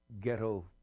ghetto